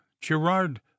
Gerard